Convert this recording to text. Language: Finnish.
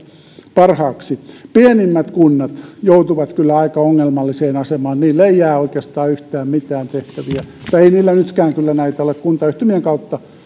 parhaaksi pienimmät kunnat joutuvat kyllä aika ongelmalliseen asemaan niille ei jää oikeastaan yhtään mitään tehtäviä mutta ei niillä nytkään kyllä näitä ole kuntayhtymien kautta